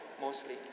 mostly